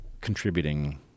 contributing